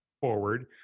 forward